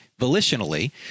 volitionally